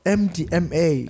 mdma